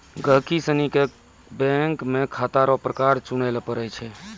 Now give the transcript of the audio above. गहिकी सनी के बैंक मे खाता रो प्रकार चुनय लै पड़ै छै